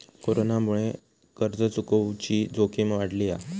कोरोनामुळे कर्ज चुकवुची जोखीम वाढली हा